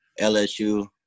LSU